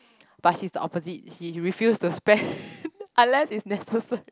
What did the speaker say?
but she's the opposite she refuse to spend unless it's necessary